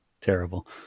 Terrible